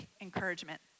encouragement